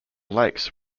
lakes